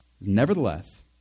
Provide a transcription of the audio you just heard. Nevertheless